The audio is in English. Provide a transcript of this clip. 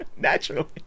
naturally